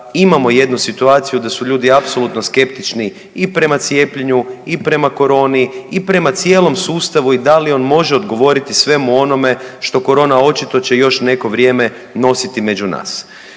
imamo jednu situaciju da su ljudi apsolutno skeptični i prema cijepljenju i prema koroni i prema cijelom sustavu i da li on može odgovoriti svemu onome što korona očito će još neko vrijeme nositi među nas.